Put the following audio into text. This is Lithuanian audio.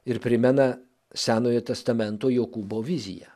ir primena senojo testamento jokūbo viziją